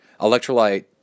electrolyte